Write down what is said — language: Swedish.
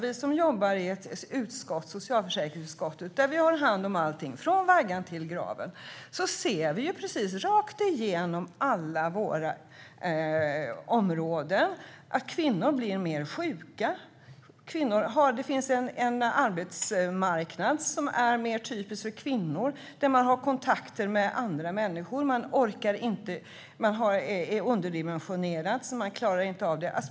Vi jobbar i ett utskott, socialförsäkringsutskottet, där vi har hand om allting från vaggan till graven. Vi ser precis rakt igenom alla våra områden att kvinnor blir mer sjuka. Det finns en arbetsmarknad som är mer typisk för kvinnor där man har kontakter med andra människor. Man orkar inte. Det hela är underdimensionerat, så man klarar inte av det.